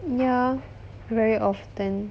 ya very often